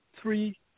three